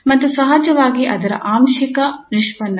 ಮತ್ತು ಸಹಜವಾಗಿ ಅದರ ಆಂಶಿಕ ನಿಷ್ಪನ್ನಗಳು